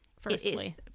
firstly